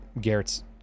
Garrett's